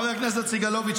חבר הכנסת סגלוביץ',